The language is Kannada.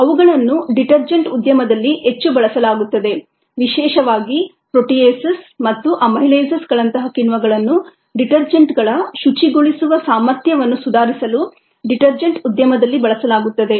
ಅವುಗಳನ್ನು ಡಿಟರ್ಜೆಂಟ್ ಉದ್ಯಮದಲ್ಲಿ ಹೆಚ್ಚು ಬಳಸಲಾಗುತ್ತದೆ ವಿಶೇಷವಾಗಿ ಪ್ರೋಟಿಯೇಸಸ್ ಮತ್ತು ಅಮೈಲೇಸಸ್ಗಳಂತಹ ಕಿಣ್ವಗಳನ್ನು ಡಿಟರ್ಜೆಂಟ್ಗಳ ಶುಚಿಗೊಳಿಸುವ ಸಾಮರ್ಥ್ಯವನ್ನು ಸುಧಾರಿಸಲು ಡಿಟರ್ಜೆಂಟ್ ಉದ್ಯಮದಲ್ಲಿ ಬಳಸಲಾಗುತ್ತದೆ